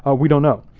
ah we don't know.